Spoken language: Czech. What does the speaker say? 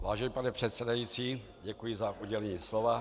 Vážený pane předsedající, děkuji za udělení slova.